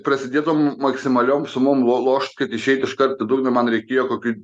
prasidėtum maksimaliom sumom lošt kad išeit iškart į dugną man reikėjo kokių